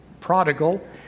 prodigal